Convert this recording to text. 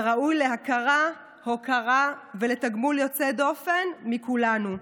וראוי להכרה, להוקרה ולתגמול יוצא דופן מכולנו.